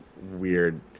weird